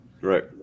Right